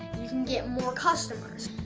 you can get more customers.